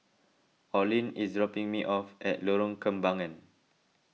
Orlin is dropping me off at Lorong Kembangan